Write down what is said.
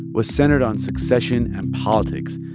was centered on succession and politics,